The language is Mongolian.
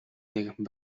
нэгэн